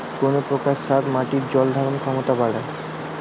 কোন প্রকার সার মাটির জল ধারণ ক্ষমতা বাড়ায়?